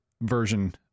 version